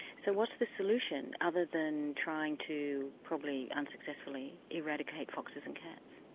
so what's the solution other than trying to probably unsuccessfully eradicate foxes and cats?